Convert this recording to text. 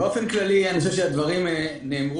באופן כללי אני חושב שהדברים נאמרו,